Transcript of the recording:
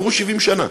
עברו 70 שנה,